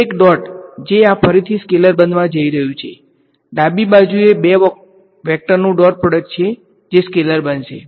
એક ડોટ જે આ ફરીથી સ્કેલેર બનવા જઈ રહ્યું છે ડાબી બાજુએ બે વેક્ટરનું ડોટ પ્રોડક્ટ છે જે સ્કેલેર બનશે